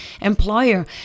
employer